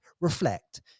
reflect